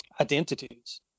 identities